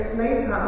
later